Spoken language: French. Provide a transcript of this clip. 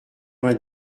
vingt